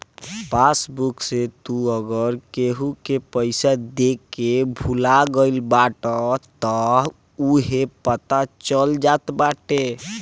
passbook से तू अगर केहू के पईसा देके भूला गईल बाटअ तअ उहो पता चल जात बाटे